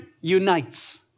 unites